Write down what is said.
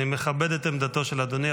אני מכבד את עמדתו של אדוני,